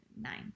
nine